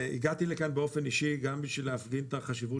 לכאן באופן אישי גם בשביל להפגין את החשיבות